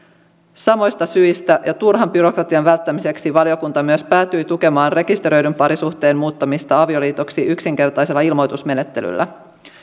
samoista syistä ja turhan byrokratian välttämiseksi valiokunta myös päätyi tukemaan rekisteröidyn parisuhteen muuttamista avioliitoksi yksinkertaisella ilmoitusmenettelyllä